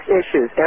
issues